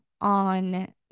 on